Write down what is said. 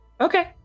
Okay